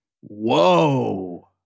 whoa